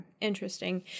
interesting